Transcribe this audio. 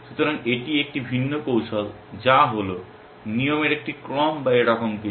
সুতরাং এটি একটি ভিন্ন কৌশল যা হল নিয়মের একটি ক্রম বা এরকম কিছু